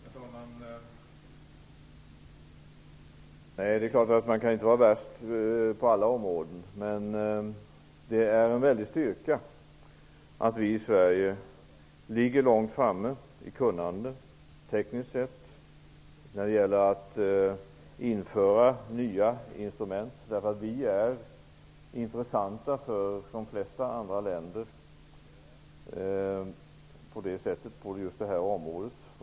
Herr talman! Det är klart att man inte kan vara värst på alla områden, men det är en väldig styrka att vi i Sverige ligger långt framme i kunnande tekniskt sett när det gäller att införa nya instrument. Vi är intressanta för de flesta andra länder på just det här området.